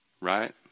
right